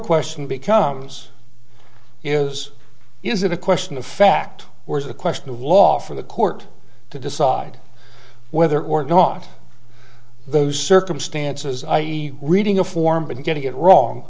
question becomes is is it a question of fact where is the question of law for the court to decide whether or not those circumstances i e reading a form and getting it wrong